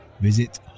Visit